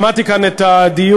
שמעתי כאן את הדיון.